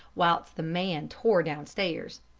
whilst the man tore downstairs.